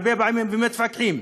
הרבה פעמים, ומתווכחים.